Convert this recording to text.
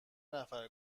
نفر